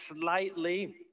slightly